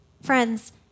Friends